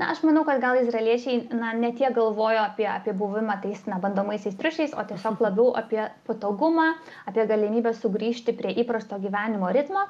na aš manau kad gal izraeliečiai na ne tiek galvojo apie apie buvimą tais bandomaisiais triušiais o tiesiog labiau apie patogumą apie galimybę sugrįžti prie įprasto gyvenimo ritmo